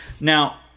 Now